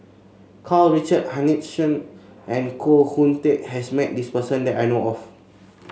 Karl Richard Hanitsch and Koh Hoon Teck has met this person that I know of